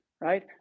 right